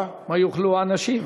מה יאכלו האנשים?